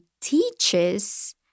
teaches